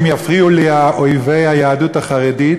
אם יפריעו לי אויבי היהדות החרדית